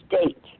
state